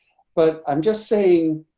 but i'm just saying,